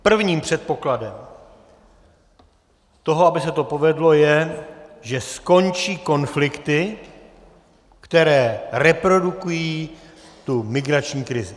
Prvním předpokladem toho, aby se to povedlo, je, že skončí konflikty, které reprodukují migrační krizi.